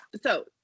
So-